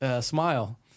Smile